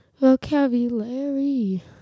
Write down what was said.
Vocabulary